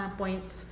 points